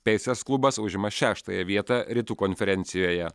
peisers klubas užima šeštąją vietą rytų konferencijoje